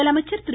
முதலமைச்சர் திரு